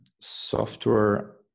software